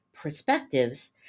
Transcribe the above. perspectives